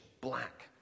black